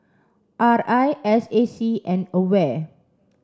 R I S A C and AWARE